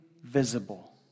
visible